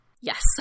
Yes